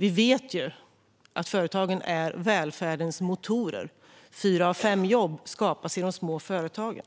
Vi vet ju att företagen är välfärdens motorer. Fyra av fem jobb skapas i de små företagen.